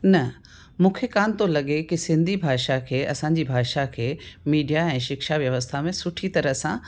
न मूंखे कोन थो लॻे की सिंधी भाषा खे असांजी भाषा खे मीडिया ऐं शिक्षा व्यवस्था में सुठी तरह सां